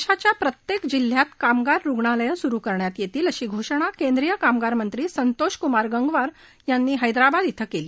देशाच्या प्रत्येक जिल्ह्यांत कामगार रुग्णालयं सुरु करण्यात येतील अशी घोषणा केंद्रीय कामगार मंत्री संतोष कुमार गंगवार यांनी हैद्राबाद ििं केली